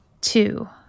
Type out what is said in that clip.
two